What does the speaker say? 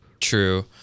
True